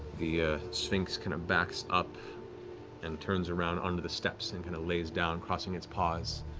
the ah sphinx kind of backs up and turns around on the steps and kind of lays down, crossing its paws,